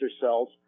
cells